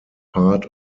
part